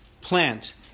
plant